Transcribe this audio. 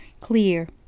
clear